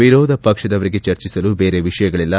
ವಿರೋಧಪಕ್ಷದವರಿಗೆ ಚರ್ಚಿಸಲು ಬೇರೆ ವಿಷಯಗಳಲ್ಲ